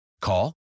Call